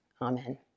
Amen